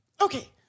Okay